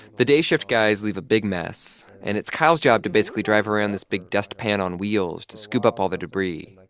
the day shift guys leave a big mess, and it's kyle's job to basically drive around this big dustpan on wheels to scoop up all the debris like